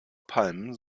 palmen